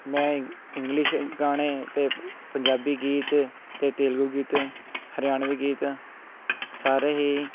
ਮੈਂ ਇੰਗਲਿਸ਼ ਗਾਣੇ ਅਤੇ ਪੰਜਾਬੀ ਗੀਤ ਅਤੇ ਤੇਲਗੂ ਗੀਤ ਹਰਿਆਣਵੀ ਗੀਤ ਸਾਰੇ ਹੀ